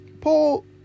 Paul